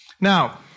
Now